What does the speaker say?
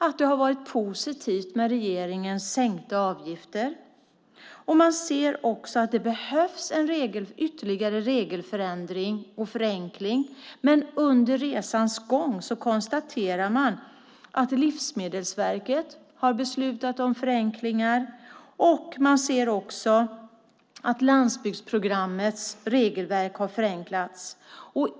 Det har även varit positivt med regeringens sänkta avgifter. Man ser också att det behövs ytterligare regelförändring och förenkling. Under resans gång konstaterar man dock att Livsmedelsverket har beslutat om förenklingar, och man ser också att landsbygdsprogrammets regelverk har förenklats.